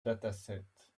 dataset